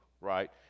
right